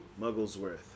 Mugglesworth